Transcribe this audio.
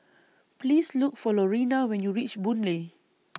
Please Look For Lorena when YOU REACH Boon Lay